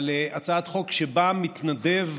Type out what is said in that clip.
אבל הצעת חוק שבה מתנדבת